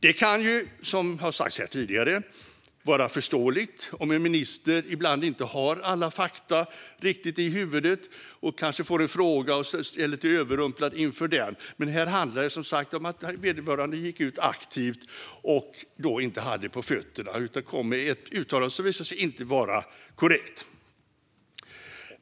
Det kan, som har sagts tidigare, vara förståeligt om en minister ibland inte har alla fakta i huvudet, och sedan överrumplas av en fråga, men här handlar det om att vederbörande gick ut aktivt och inte hade på fötterna utan kom med ett uttalande som visade sig inte vara korrekt.